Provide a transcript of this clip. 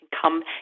come